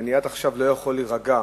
ועד עכשיו אני לא יכול להירגע